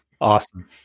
Awesome